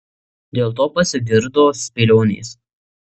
dėl to pasigirdo spėlionės